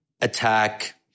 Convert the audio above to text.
attack